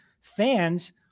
fans